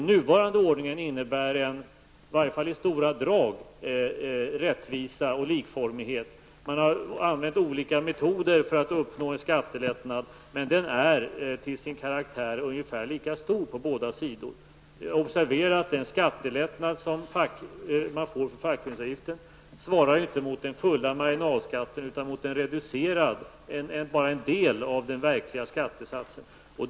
Den nuvarande ordningen innebär i varje fall i stora drag rättvisa och likformighet. Man har använt olika metoder för att uppnå en skattelättnad, men den är till sin karaktär ungefär lika stor på båda sidor. Observera att den skattelättnad som man får för fackföreningsavgiften inte svarar mot den fulla marginalskatten, utan endast mot en del av den verkliga skattesatsen.